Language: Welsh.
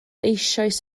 eisoes